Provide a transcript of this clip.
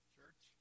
Church